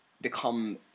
become